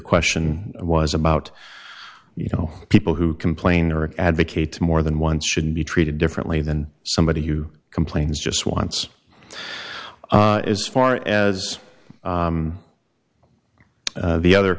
question was about you know people who complain or advocate more than one should be treated differently than somebody you complains just once as far as the other